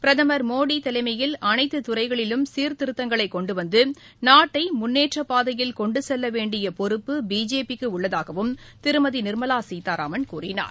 பிரதமர் மோடி தலைமையில் அனைத்துத்துறைகளிலும் சீர்திருத்தங்களை கொண்டுவந்து நாட்டை முன்னேற்றப்பாதையில் கொண்டு செல்ல வேண்டிய பொறுப்பு பிஜேபி க்கு உள்ளதாகவும் திருமதி நிர்மலா சீதாராமன் கூறினார்